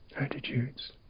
Attitudes